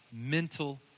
mental